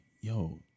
yo